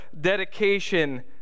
dedication